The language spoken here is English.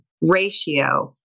ratio